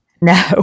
No